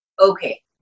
okay